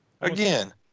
Again